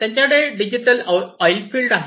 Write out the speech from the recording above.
त्यांच्याकडे digital oilfield आहे